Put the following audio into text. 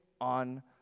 on